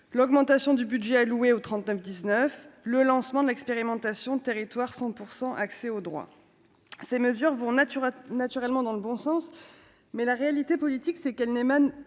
l'augmentation du budget alloué aux 39 19 le lancement de l'expérimentation territoire 100 pour 100, accès au droit, ces mesures vont nature naturellement dans le bon sens, mais la réalité politique, c'est qu'elles n'émanent